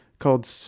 called